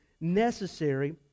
necessary